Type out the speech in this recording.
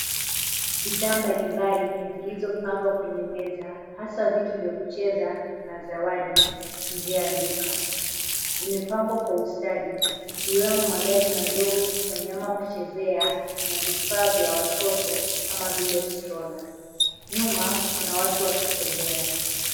Bidhaa mbalimbali zilizopangwa kwenye meza hasa vitu vya kucheza na zawadi nje ya duka. Zimepangwa kwa ustadi, ikiwemo magari madogo, wanyama wakuchezea, na vifaa vya watoto kama vile stroller . Nyuma kuna watu wakitembea.